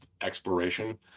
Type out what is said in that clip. exploration